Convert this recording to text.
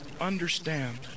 understand